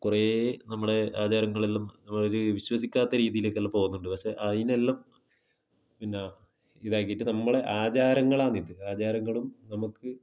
കുറെ നമ്മുടെ ആചാരങ്ങളെല്ലാം നമ്മളൊരു വിശ്വസിക്കാത്ത രീതിയിലേക്കെല്ലാം പോകുന്നുണ്ട് പക്ഷേ അതിനെല്ലാം പിന്നെ ഇതാക്കിയിട്ട് നമ്മൾ ആചാരങ്ങലാളാന്നിത് ആചാരങ്ങളും നമുക്ക്